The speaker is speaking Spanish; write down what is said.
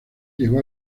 llegó